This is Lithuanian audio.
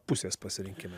pusės pasirinkime